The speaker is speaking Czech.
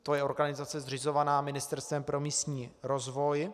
To je organizace zřizovaná Ministerstvem pro místní rozvoj.